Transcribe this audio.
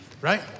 right